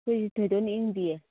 ꯑꯩꯈꯣꯏꯗꯤ ꯊꯣꯏꯗꯣꯛꯅ ꯏꯪꯗꯦꯌꯦ